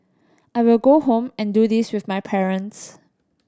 I will go home and do this with my parents